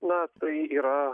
na tai yra